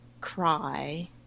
cry